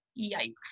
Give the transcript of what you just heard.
yikes